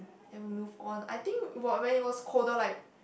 and we move on I think whe~ when it was colder like